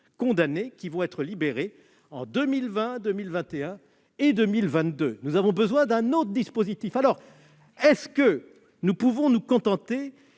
condamnés qui vont être libérés en 2020, 2021 et 2022. Nous avons besoin d'un autre dispositif. Dès lors, pouvons-nous nous contenter